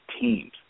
teams